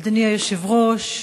אדוני היושב-ראש,